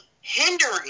hindering